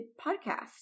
podcast